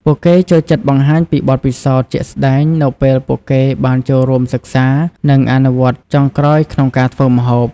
ពួកគេចូលចិត្តបង្ហាញពីបទពិសោធន៍ជាក់ស្តែងនៅពេលពួកគេបានចូលរួមសិក្សា និងអនុវត្តន៍ចុងក្រោយក្នុងការធ្វើម្ហូប។